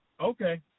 Okay